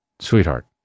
sweetheart